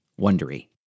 wondery